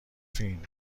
فین